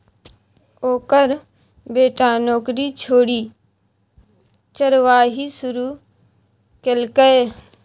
ओकर बेटा नौकरी छोड़ि चरवाही शुरू केलकै